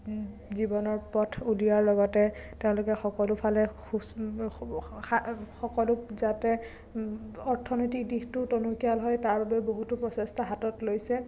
জীৱনৰ পথ উলিওৱাৰ লগতে তেওঁলোকে সকলোফালে সকলো যাতে অৰ্থনৈতিক দিশটোও টনকিয়াল হয় তাৰ বাবে বহুতো প্ৰচেষ্টা হাতত লৈছে